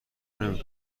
نمی